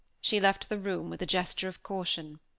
she left the room with a gesture of caution.